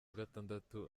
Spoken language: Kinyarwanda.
gatandatu